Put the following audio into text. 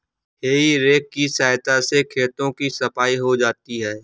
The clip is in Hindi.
हेइ रेक की सहायता से खेतों की सफाई हो जाती है